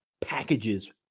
packages